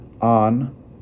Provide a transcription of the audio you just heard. on